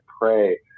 pray